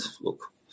look